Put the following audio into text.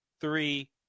three